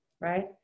right